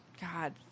God